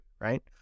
Right